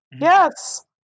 Yes